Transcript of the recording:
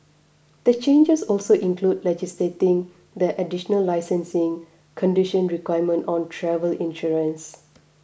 the changes also include legislating the additional licensing condition requirement on travel insurance